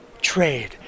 trade